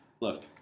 look